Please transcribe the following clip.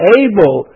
able